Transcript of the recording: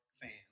fans